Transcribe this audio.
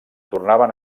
tornaven